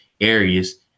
areas